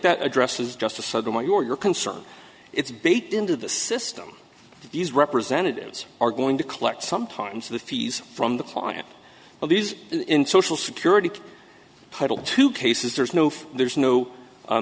that addresses just a sodomite your your concern it's baked into the system these representatives are going to collect sometimes the fees from the client of these in social security title two cases there's no there's no